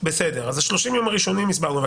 בסדר, אז 30 לגבי יום הראשונים הסברנו.